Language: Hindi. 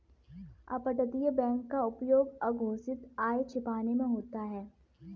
अपतटीय बैंक का उपयोग अघोषित आय छिपाने में होता है